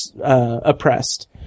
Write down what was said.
oppressed